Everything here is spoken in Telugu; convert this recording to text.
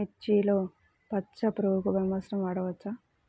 మిర్చిలో పచ్చ పురుగునకు బ్రహ్మాస్త్రం వాడవచ్చా?